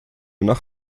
nach